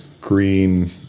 green